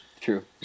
true